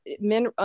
men